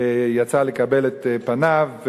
יצא לקבל את פניו,